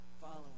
following